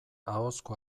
ahozko